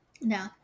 No